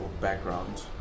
background